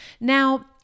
Now